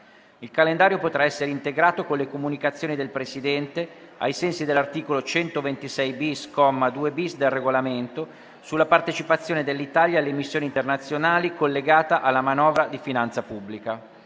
Il calendario potrà essere integrato con le comunicazioni del Presidente, ai sensi dell'articolo 126-bis, comma 2-bis, del Regolamento, sulla partecipazione dell'Italia alle missioni internazionali, collegata alla manovra di finanza pubblica.